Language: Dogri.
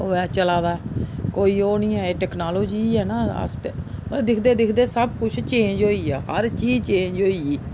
ओह् ऐ चला दा कोई ओह् नी ऐ टेक्नोलाजी ही ऐ न अस ते मतलब दिखदे दिखदे सब कुछ चेंज होई गेआ हर चीज चेंज होई गेई